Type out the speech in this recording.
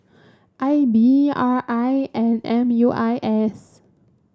I B R I and M U I S